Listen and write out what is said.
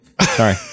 Sorry